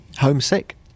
Homesick